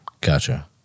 Gotcha